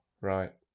right